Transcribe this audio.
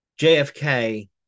JFK